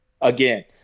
again